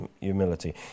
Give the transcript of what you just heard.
humility